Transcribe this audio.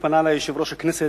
פנה אלי יושב-ראש הכנסת,